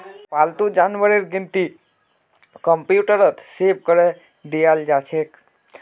पालतू जानवरेर गिनती कंप्यूटरत सेभ करे लियाल जाछेक